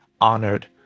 honored